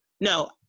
No